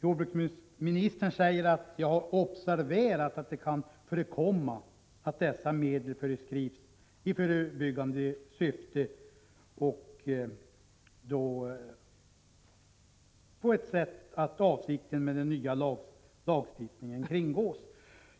Jordbruksministern säger att han ”har observerat att det kan förekomma att dessa medel förskrivs i förebyggande syfte på ett sådant sätt att avsikten med den nya lagstiftningen kringgås”.